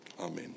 Amen